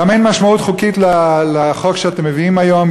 גם אין משמעות חוקית לחוק שאתם מביאים היום,